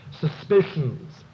suspicions